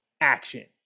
action